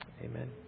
Amen